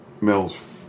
mills